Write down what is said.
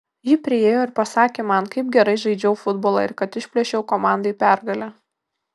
ji priėjo ir pasakė man kaip gerai žaidžiau futbolą ir kad išplėšiau komandai pergalę